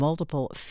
multiple